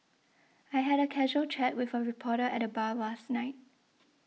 I had a casual chat with a reporter at the bar last night